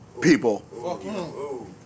people